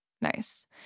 Nice